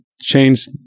change